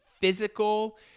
physical